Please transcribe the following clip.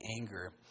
anger